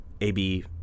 AB